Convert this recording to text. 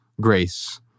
Grace